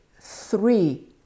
three